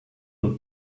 your